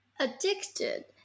addicted